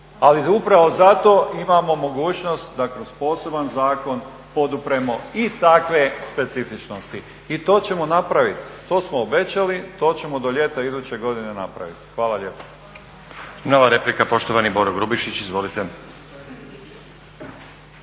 Ali upravo zato imamo mogućnost da kroz poseban zakon podupremo i takve specifičnosti i to ćemo napraviti. To smo obećali, to ćemo do ljeta iduće godine napraviti. Hvala lijepa.